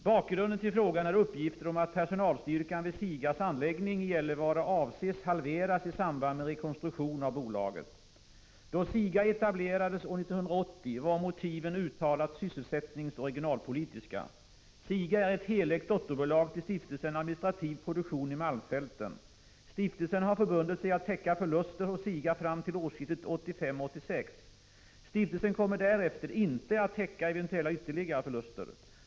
Bakgrunden till frågan är uppgifter om att personalstyrkan vid SIGA:s anläggning i Gällivare avses halveras i samband med rekonstruktion av bolaget. Då SIGA etablerades år 1980 var motiven uttalat sysselsättningsoch regionalpolitiska. SIGA är ett helägt dotterbolag till Stiftelsen Administrativ Produktion i malmfälten. Stiftelsen har förbundit sig att täcka förluster hos SIGA fram till årsskiftet 1985-1986. Stiftelsen kommer därefter inte att täcka eventuella ytterligare förluster.